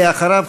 ואחריו,